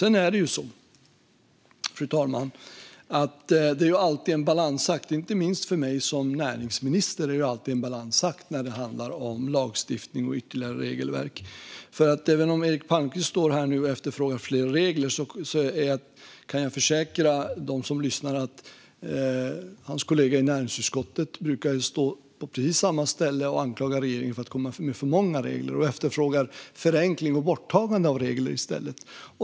Fru talman! Sedan är det alltid en balansakt, inte minst för mig som näringsminister, när det handlar om lagstiftning och ytterligare regelverk. Även om Eric Palmqvist efterfrågar mer regler brukar hans kollega i näringsutskottet stå på precis samma ställe och anklaga regeringen för att komma med för många regler och efterfråga förenkling och borttagande av regler i stället.